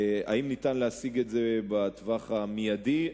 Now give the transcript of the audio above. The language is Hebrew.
האם ניתן להשיג את זה בטווח המיידי?